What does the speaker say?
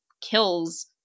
kills